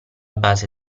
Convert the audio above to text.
base